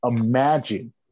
imagine